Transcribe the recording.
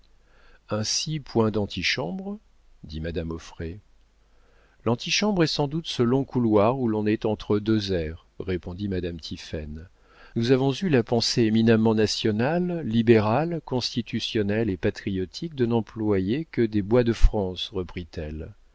ainsi point d'antichambre dit madame auffray l'antichambre est sans doute ce long couloir où l'on est entre deux airs répondit madame tiphaine nous avons eu la pensée éminemment nationale libérale constitutionnelle et patriotique de n'employer que des bois de france